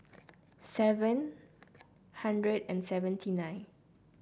seven hundred and seventy nine